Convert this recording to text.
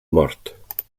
mort